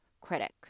critic